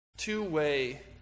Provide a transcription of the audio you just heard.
Two-way